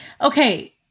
okay